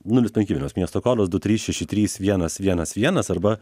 nulis penki vilnius miesto kodas du trys šeši trys vienas vienas vienas arba